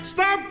Stop